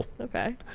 okay